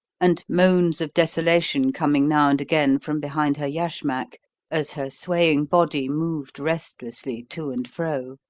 and moans of desolation coming now and again from behind her yashmak as her swaying body moved restlessly to and fro.